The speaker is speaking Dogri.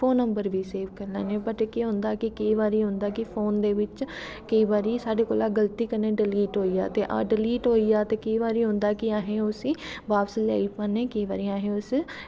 फोन नंबर बी सेव करी लैन्नें बट केह् होंदा केई बारी होंदा कि फोन दे बिच्च केई बारी साढ़े कोला दा गल्ती कन्नैं डलीट होई जा ते डलीट होई जा ते केंई बारी होंदा अस उसी बापस लेआ पानें केंई बारी अस उसी